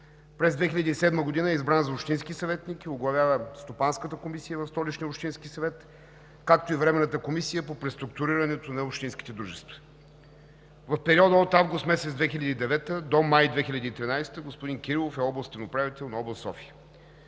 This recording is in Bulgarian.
През 2007 г. е избран за общински съветник и оглавява Стопанската комисия в Столичния общински съвет, както и Временната комисия по преструктурирането на общинските дружества. В периода от август месец 2009 г. до месец май 2013 г. господин Кирилов е областен управител на област София.